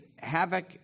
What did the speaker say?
havoc